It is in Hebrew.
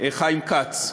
והשירותים החברתיים חיים כץ: